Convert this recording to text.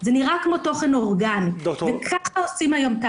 לכן הסיפור הזה של סימון תוכן